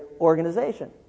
organization